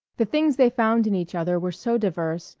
the things they found in each other were so diverse,